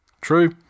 True